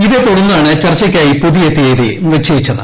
ഇതേതുടർന്നാണ് ചർച്ചയ്ക്കായി പുതിയ തീയതി നിർദ്ദേശിച്ചത്